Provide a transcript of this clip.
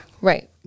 Right